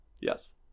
Yes